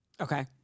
Okay